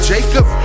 Jacob